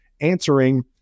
answering